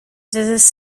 does